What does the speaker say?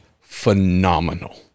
phenomenal